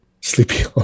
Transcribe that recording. Sleepy